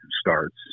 starts